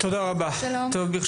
גם כשיש